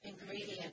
ingredient